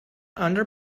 under